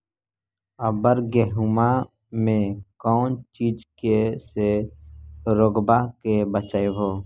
अबर गेहुमा मे कौन चीज के से रोग्बा के बचयभो?